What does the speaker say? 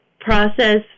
process